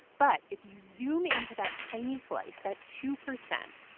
but if you zoom in to that tiny slice, that two percent.